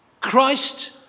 Christ